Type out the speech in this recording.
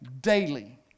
daily